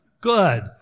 Good